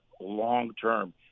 long-term